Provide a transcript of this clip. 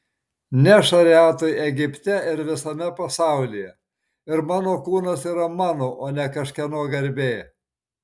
ne šariatui egipte ir visame pasaulyje ir mano kūnas yra mano o ne kažkieno garbė